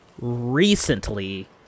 recently